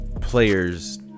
players